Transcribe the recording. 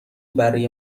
برای